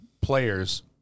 players